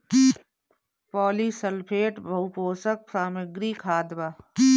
polysulphate बहुपोषक सामग्री खाद बा